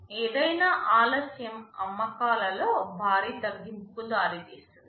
ఏదైనా ఆలస్యం అమ్మకాలలో భారీ తగ్గింపు కు దారితీస్తుంది